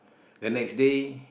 the next day